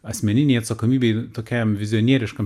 asmeninei atsakomybei tokiam vizionieriškam